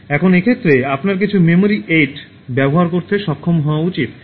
এখন এক্ষেত্রে আপনার কিছু মেমোরি এইড ব্যবহার করতে সক্ষম হওয়া উচিত